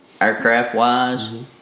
aircraft-wise